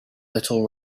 little